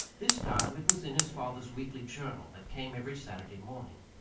this time it was in his father's weekly journal that came every saturday morning.